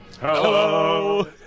Hello